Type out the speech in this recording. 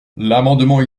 l’amendement